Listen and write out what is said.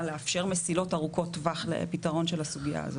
לאפשר מסילות ארוכות טווח לפתרון של הסוגייה הזו?